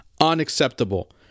unacceptable